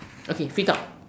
okay free talk